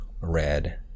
red